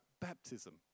baptism